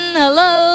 hello